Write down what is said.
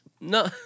No